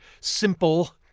simple –